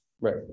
Right